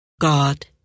God